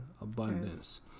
abundance